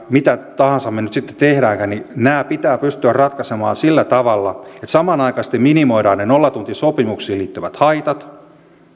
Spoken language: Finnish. mitä tahansa me nyt sitten teemmekin niin nämä epäkohdat pitää pystyä ratkaisemaan sillä tavalla että samanaikaisesti minimoidaan ne nollatuntisopimuksiin liittyvät haitat